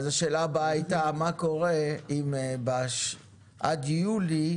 אז השאלה הבאה הייתה: מה קורה אם עד יולי,